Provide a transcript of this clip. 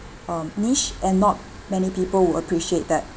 um niche and not many people will appreciate that